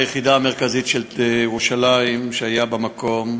שוטר מהיחידה המרכזית של ירושלים, שהיה במקום,